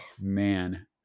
man